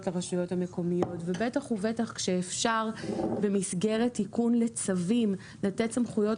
הרשויות המקומית ובטח ובטח כאשר אפשר במסגרת תיקון לצווים לתת סמכויות